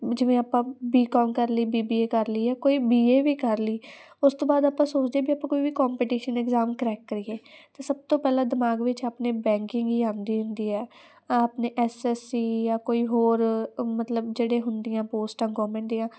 ਜਿਵੇਂ ਆਪਾਂ B com ਕਰ ਲਈ ਬੀ ਬੀ ਏ ਕਰ ਲਈ ਜਾਂ ਕੋਈ ਬੀ ਏ ਵੀ ਕਰ ਲਈ ਉਸ ਤੋਂ ਬਾਅਦ ਆਪਾਂ ਸੋਚਦੇ ਵੀ ਆਪਾਂ ਕੋਈ ਵੀ ਕੰਪੀਟੀਸ਼ਨ ਇਗਜਾਮ ਕਰੈਕ ਕਰੀਏ ਅਤੇ ਸਭ ਤੋਂ ਪਹਿਲਾਂ ਦਿਮਾਗ ਵਿੱਚ ਆਪਣੇ ਬੈਂਕਿੰਗ ਹੀ ਆਉਂਦੀ ਹੁੰਦੀ ਹੈ ਆਪਣੇ ਐਸ ਐਸ ਸੀ ਜਾਂ ਕੋਈ ਹੋਰ ਮਤਲਬ ਜਿਹੜੇ ਹੁੰਦੀਆਂ ਪੋਸਟਾਂ ਗੌਰਮੈਂਟ ਦੀਆਂ